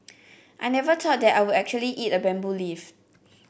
I never thought that I would actually eat a bamboo leaf